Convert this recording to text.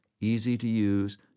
easy-to-use